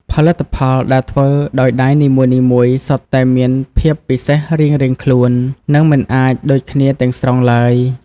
ផលិតផលដែលធ្វើដោយដៃនីមួយៗសុទ្ធតែមានភាពពិសេសរៀងៗខ្លួន និងមិនអាចដូចគ្នាទាំងស្រុងឡើយ។